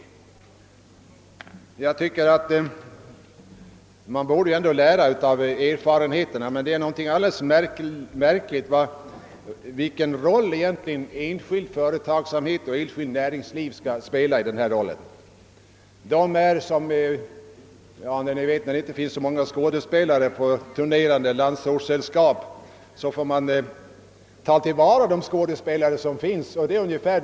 Man borde på socialdemokratiskt håll lära av erfarenheterna. Man kan inte undgå att undra över de roller som den enskilda företagsamheten får spela i detta sammanhang. I landsorten turnerande teatersällskap har inte så många skådespelare. Då måste de använda de skådespelare som finns i olika roller.